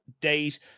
days